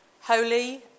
Holy